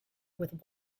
with